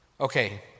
Okay